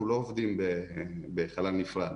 אנחנו לא עובדים בחלל נפרד,